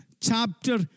chapter